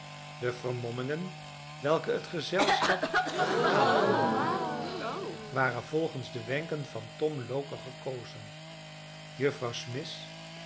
de vermommingen welke het gezelschap had aangenomen waren volgens de wenken van tom loker gekozen juffrouw smith